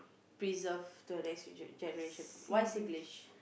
preserved to the next g~ generation why Singlish